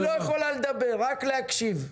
היא לא יכולה לדבר, רק להקשיב.